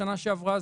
בשנה שעברה,